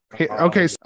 Okay